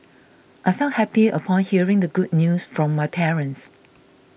I felt happy upon hearing the good news from my parents